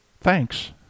Thanks